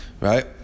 Right